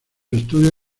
estudios